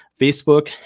Facebook